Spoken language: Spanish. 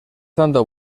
tanto